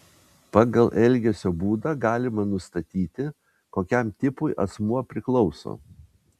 pagal elgesio būdą galima nustatyti kokiam tipui asmuo priklauso